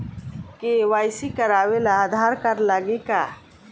KYC करावे ला Aadhaar card लागी का?